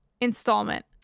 installment